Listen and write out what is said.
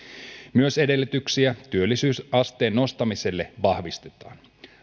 myös edellytyksiä työllisyysasteen nostamiselle vahvistetaan